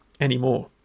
anymore